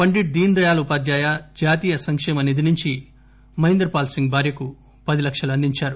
పండిట్ దీస్ దయాళ్ ఉపాధ్యాయ జాతీయ సంక్షేమ నిధి నుంచి మహేందర్ పాల్ సింగ్ భార్యకు పది లక్షలు అందించారు